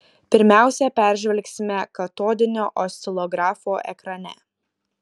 pirmiausia peržvelgsime katodinio oscilografo ekrane